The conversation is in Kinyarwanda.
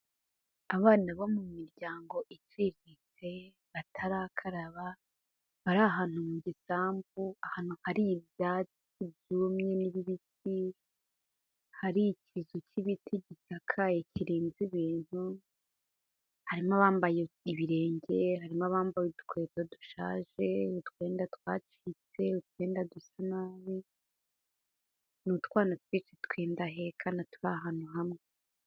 Abana bo mu miryango iciriritse batarakaraba, bari ahantu mu gisambu, ahantu hari ibyatsi byumye n'ibibisi, hari ikizu cy'ibiti gisakaye kirinze ibintu, harimo abambaye ibirenge, harimo bambaye udukweto dushaje, utwenda twacitse, utwenda dusa nabi, ni utwana twishi tw'indahekana turi ahantu hamwe.